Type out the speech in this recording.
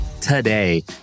today